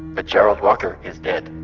gerald walker is dead